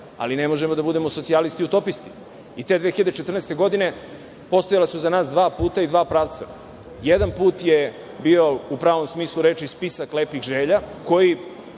ali ne možemo da budemo socijalisti utopisti, i te 2014. godine postojala su za nas dva puta i dva pravca. Jedan put je bio u pravom smislu reči spisak lepih želja koji